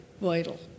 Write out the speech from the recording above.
vital